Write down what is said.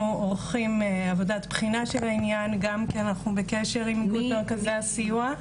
עורכים עבודת בחינה של העניין גם כי אנחנו בקשר עם מרכזי הסיוע,